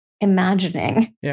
imagining